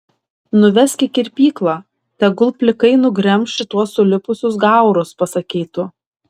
nuvesk į kirpyklą tegul plikai nugremš šituos sulipusius gaurus pasakei tu